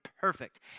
perfect